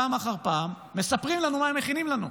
פעם אחר פעם מספרים לנו מה הם מכינים לנו.